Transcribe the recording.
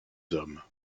hommes